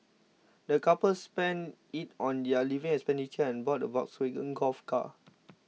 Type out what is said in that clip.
the couple spent it on their living expenditure and bought a Volkswagen Golf car